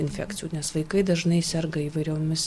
infekcijų nes vaikai dažnai serga įvairiomis